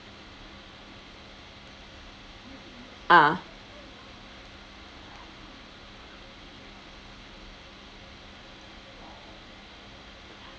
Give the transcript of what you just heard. ah